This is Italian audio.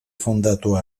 fondato